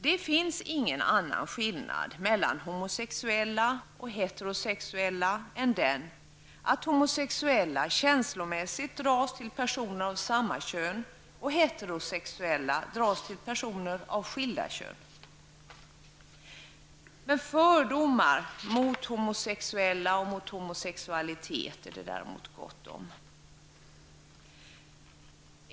Det finns ingen annan skillnad mellan homosexuella och heterosexuella än den, att homosexuella känslomässigt dras till personer av samma kön och heterosexuella dras till personer av motsatt kön. Fördomar mot homosexuella och mot homosexualitet är det däremot gott om.